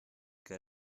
get